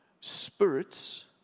spirits